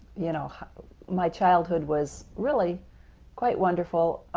you know my childhood was really quite wonderful,